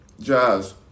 Jazz